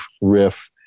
riff